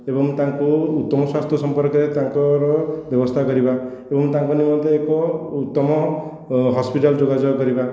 ଏବଂ ତାଙ୍କୁ ଉତ୍ତମ ସ୍ୱାସ୍ଥ୍ୟ ସମ୍ପର୍କରେ ତାଙ୍କର ବ୍ୟବସ୍ଥା କରିବା ଏବଂ ତାଙ୍କ ନିମନ୍ତେ ଏକ ଉତ୍ତମ ହସ୍ପିଟାଲ ଯୋଗାଯୋଗ କରିବା